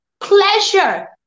pleasure